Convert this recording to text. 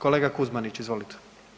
Kolega Kuzmanić, izvolite.